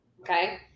Okay